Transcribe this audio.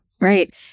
Right